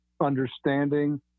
understanding